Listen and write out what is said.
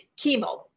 chemo